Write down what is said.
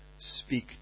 speak